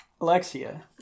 Alexia